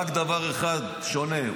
רק דבר אחד שונה,